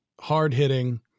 Hard-hitting